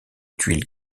tuiles